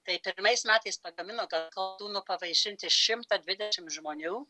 tai pirmais metais pagamino koldūnų pavaišinti šimtą dvidešimt žmonių